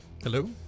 Hello